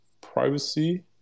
privacy